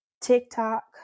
TikTok